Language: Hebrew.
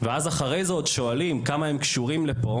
ואז אחרי זה שואלים עד כמה הם קשורים לפה